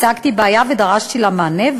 הצגתי בעיה ודרשתי לה מענה.